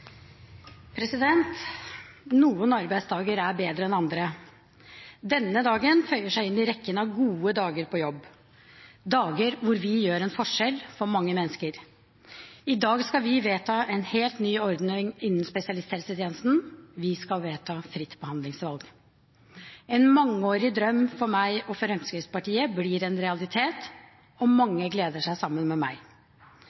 Noen arbeidsdager er bedre enn andre. Denne dagen føyer seg inn i rekken av gode dager på jobb – dager hvor vi gjør en forskjell for mange mennesker. I dag skal vi vedta en helt ny ordning innen spesialisthelsetjenesten. Vi skal vedta fritt behandlingsvalg. En mangeårig drøm for meg og Fremskrittspartiet blir en realitet, og mange gleder seg sammen med meg.